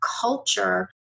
culture